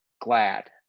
glad